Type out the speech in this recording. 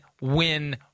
win